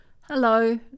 Hello